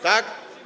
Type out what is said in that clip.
Tak?